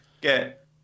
get